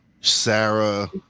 Sarah